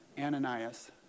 Ananias